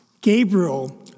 Gabriel